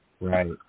Right